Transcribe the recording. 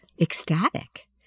ecstatic